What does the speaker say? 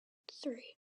three